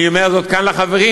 אני אומר זאת כאן לחברים,